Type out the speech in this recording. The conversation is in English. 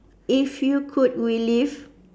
if you could relive